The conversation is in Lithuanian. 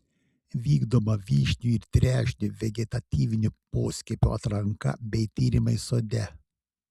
vykdoma vyšnių ir trešnių vegetatyvinių poskiepių atranka bei tyrimai sode